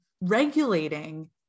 regulating